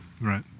Right